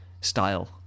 style